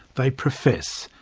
they profess,